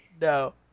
No